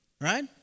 Right